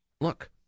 look